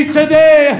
today